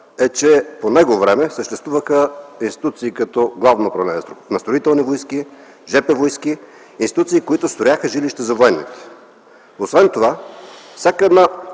е, че по това време съществуваха институции като Главно управление на Строителните войски, ЖП-войски – институции, които строяха жилища за военните. Всяка строяща